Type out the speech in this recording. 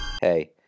Hey